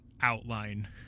outline